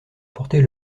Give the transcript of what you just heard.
porter